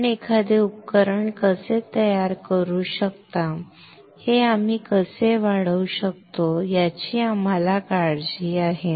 आपण एखादे उपकरण कसे तयार करू शकता हे आम्ही कसे वाढवू शकतो याची आम्हाला काळजी आहे